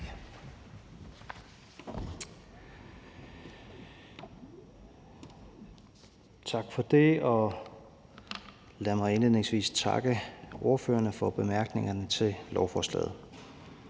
Tak for det. Og lad mig indledningsvis takke ordførerne for bemærkningerne til lovforslaget.